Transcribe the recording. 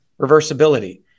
reversibility